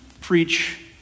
preach